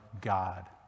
God